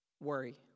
worry